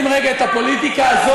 אז בואו נשים רגע את הפוליטיקה הזאת